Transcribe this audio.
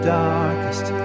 darkest